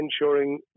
ensuring